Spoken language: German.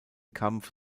kampf